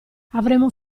avremo